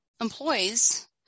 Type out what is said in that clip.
Employees